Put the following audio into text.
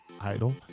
idol